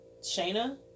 Shayna